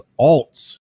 alts